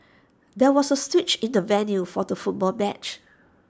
there was A switch in the venue for the football match